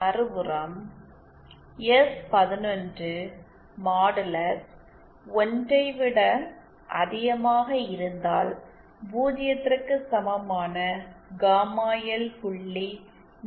மறுபுறம் எஸ்11 மாடுலஸ் 1 ஐ விட அதிகமாக இருந்தால் பூஜ்ஜியத்திற்கு சமமான காமா எல் புள்ளி நிலையற்றதாக இருக்கும்